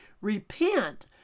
Repent